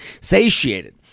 satiated